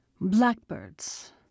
Blackbirds